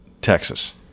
texas